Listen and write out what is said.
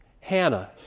Hannah